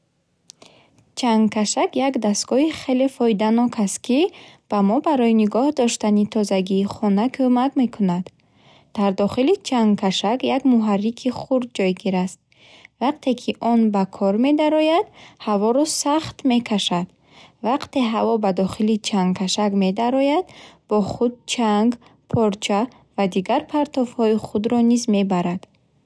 Чангкашак як дастгоҳи хеле фоиданок аст, ки ба мо барои нигоҳ доштани тозагии хона кӯмак мекунад. Дар дохили чангкашак як муҳаррики хурд ҷойгир аст. Вақте ки он ба кор медарояд, ҳаворо сахт мекашад. Вақте ҳаво ба дохили чангкашак медарояд, бо худ чанг, порча ва дигар партовҳои худро низ мебарад.